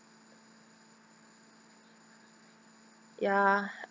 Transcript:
ya